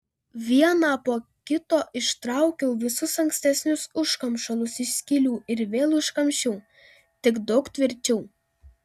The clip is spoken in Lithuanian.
vieną po kito ištraukiau visus ankstesnius užkamšalus iš skylių ir vėl užkamšiau tik daug tvirčiau